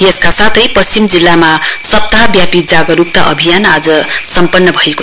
यसका साथै पश्चिम जिल्लामा सप्ताहव्यापी जागरुकता अभियान आज सम्पन्न भयो